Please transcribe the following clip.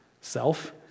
self